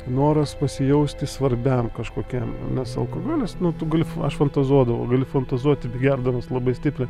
noras pasijausti svarbiam kažkokiam nes alkogolis nu tu gali aš fantazuodavau gali fantazuoti gerdamas labai stipriai